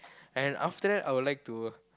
and after that I would like to